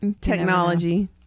technology